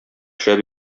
шәп